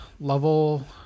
level